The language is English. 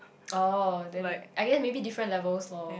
oh then I guess maybe different level loh